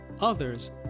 others